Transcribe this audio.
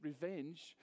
revenge